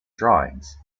drawings